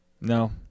No